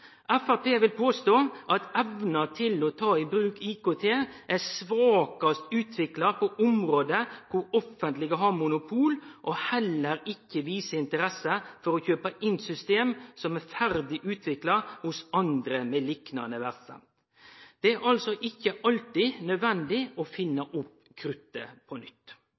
Framstegspartiet vil påstå at evna til å ta i bruk IKT er svakast utvikla på område der det offentlege har monopol. Ein viser heller ikkje interesse for å kjøpe inn system som er ferdig utvikla hos andre med liknande verksemd. Det er altså ikkje alltid nødvendig å finne opp krutet på nytt.